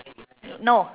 no